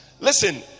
Listen